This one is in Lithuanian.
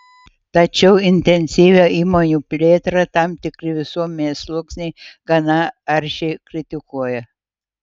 tačiau intensyvią įmonių plėtrą tam tikri visuomenės sluoksniai gana aršiai kritikuoja